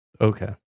Okay